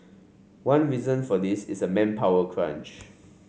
one reason for this is a manpower crunch